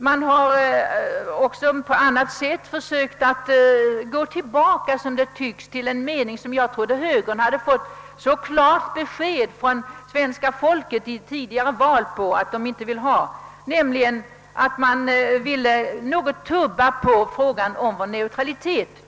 Och högern verkar även så till vida ha kommit tillbaka till sin gamla uppfattning som man tycks vilja börja tumma på vår neutralitet — i det avseendet trodde jag verkligen att högern vid tidigare val fått klart besked om svenska folkets inställning.